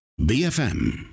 BFM